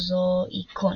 הפלאוזואיקון.